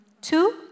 two